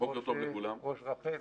ראש רח"ל.